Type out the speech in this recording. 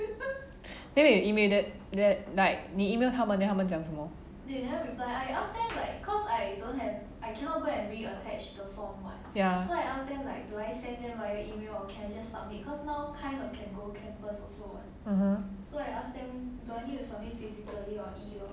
wait wait you mean that like 你 email 他们 then 他们讲什么 ya (uh huh)